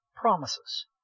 Promises